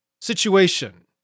situation